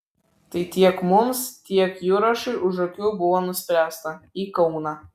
tai tiek mums tiek jurašui už akių buvo nuspręsta į kauną